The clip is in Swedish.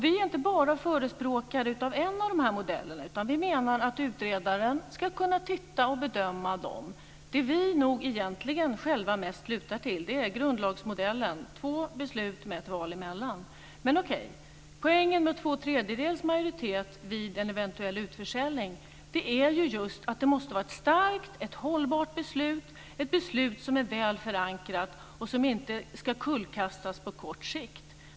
Vi är inte bara förespråkare av en av de här modellerna utan vi menar att utredaren ska kunna titta på och bedöma detta. Det vi själva mest lutar åt är nog grundlagsmodellen, två beslut med ett val emellan. Poängen med två tredjedels majoritet vid en eventuell utförsäljning är ju just att det måste vara ett starkt, hållbart beslut, ett beslut som är väl förankrat och som inte kullkastas på kort sikt.